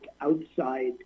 outside